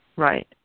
Right